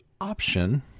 option